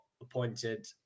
appointed